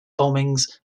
bombings